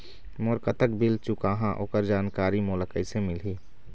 मोर कतक बिल चुकाहां ओकर जानकारी मोला कैसे मिलही?